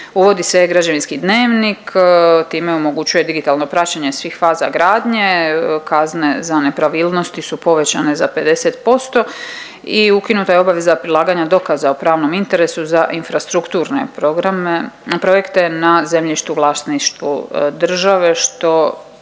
Uvodi se e-građevinski dnevnik i time omogućuje digitalno praćenje svih faza gradnje, kazne za nepravilnosti su povećane za 50% i ukinuta je obaveza prilaganja dokaza o pravnom interesu za infrastrukturne programe, projekte na zemljištu u vlasništvu države što